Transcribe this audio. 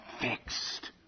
Fixed